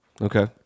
Okay